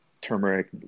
turmeric